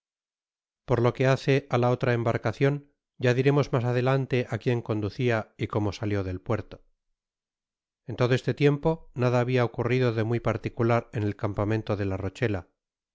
por lo que hace á la otra embarcacion ya diremos mas adelante á quién conducia y como salió del puerto en todo este tiempo nada habia ocurrido de muy particular en el campamento de la rochela